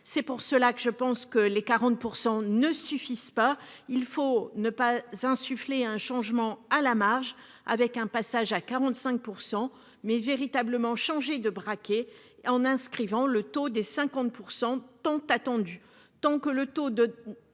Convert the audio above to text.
C'est pour cela que je pense que les 40% ne suffisent pas, il faut ne pas insuffler un changement à la marge avec un passage à 45%, mais véritablement changer de braquet en inscrivant le taux des 50% tant attendue.